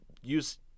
use